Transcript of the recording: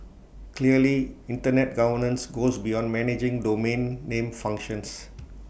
clearly Internet governance goes beyond managing domain name functions